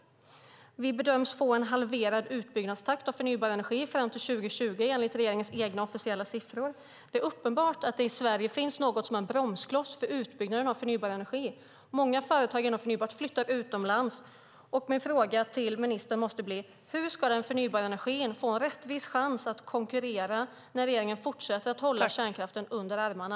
Vi bedöms få en halverad utbyggnadstakt av förnybar energi fram till 2020 enligt regeringens egna officiella siffror. Det är uppenbart att det i Sverige finns en bromskloss för utbyggnaden av förnybar energi. Många företag inom förnybar energi flyttar utomlands. Min fråga till ministern måste bli: Hur ska den förnybara energin få en rättvis chans att konkurrera när regeringen fortsätter att hålla kärnkraften under armarna?